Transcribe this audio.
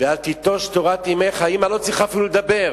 "ואל תטוש תורת אמך" אמא לא צריכה אפילו לדבר.